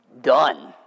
Done